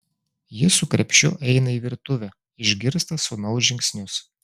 ji su krepšiu eina į virtuvę išgirsta sūnaus žingsnius